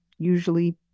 usually